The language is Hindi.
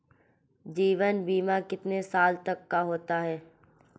जीवन बीमा कितने साल तक का होता है?